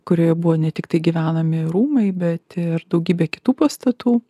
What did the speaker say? kurioje buvo ne tiktai gyvenami rūmai bet ir daugybė kitų pastatų